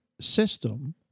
system